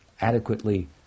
adequately